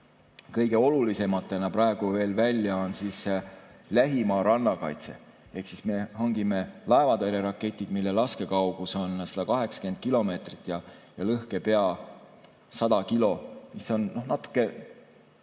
kõige olulisematena praegu veel välja, on lähimaa rannakaitse. Ehk siis me hangime laevatõrjeraketid, mille laskekaugus on 180 kilomeetrit ja lõhkepea 100 kilo, mis on peaaegu